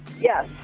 yes